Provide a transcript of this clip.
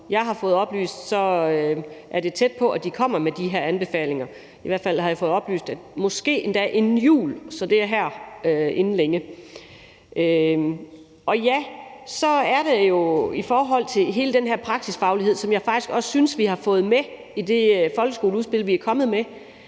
jeg er blevet oplyst, er det tæt på, at de kommer med de her anbefalinger, måske endda inden jul, så det er her inden længe. I forhold til hele den her praksisfaglighed, som jeg faktisk også synes vi har fået med i det folkeskoleudspil, vi er kommet med,